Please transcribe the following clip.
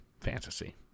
fantasy